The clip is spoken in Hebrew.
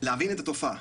להבין את התופעה,